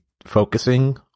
focusing